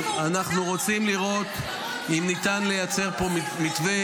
אנחנו רוצים לראות אם ניתן לייצר פה מתווה